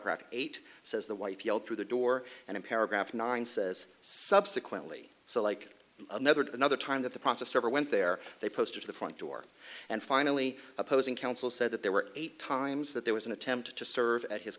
paragraph eight says the wife yelled through the door and in paragraph nine says subsequently so like another another time that the process server went there they posted to the front door and finally opposing counsel said that there were eight times that there was an attempt to serve at his